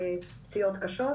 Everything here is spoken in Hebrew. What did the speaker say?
ופציעות קשות,